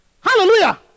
Hallelujah